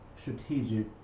Strategic